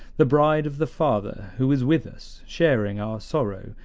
the bride of the father, who is with us, sharing our sorrow,